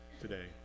today